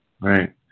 right